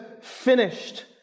finished